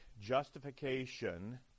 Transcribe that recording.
justification